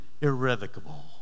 irrevocable